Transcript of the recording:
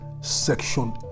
Section